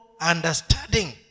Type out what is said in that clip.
understanding